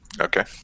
Okay